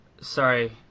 Sorry